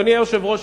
אדוני היושב-ראש,